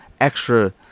extra